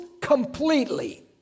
completely